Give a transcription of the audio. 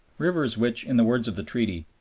rivers which, in the words of the treaty,